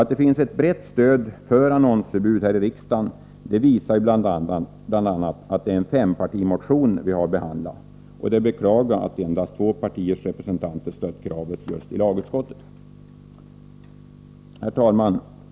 Att det finns ett brett stöd här i riksdagen för annonsförbud visar bl.a. det faktum att det är en fempartimotion vi behandlar. Det är att beklaga att endast två partiers representanter stött kravet i just lagutskottet. Herr talman!